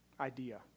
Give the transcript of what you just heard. idea